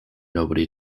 nobody